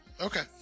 Okay